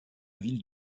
ville